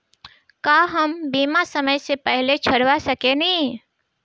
का हम बीमा समय से पहले छोड़वा सकेनी?